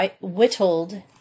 whittled